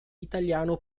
italiano